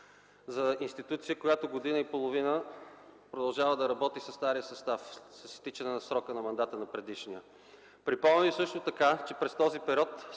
за институция, която година и половина продължава да работи със стария състав, след изтичане на срока на мандата му. Припомням ви също така, че през този период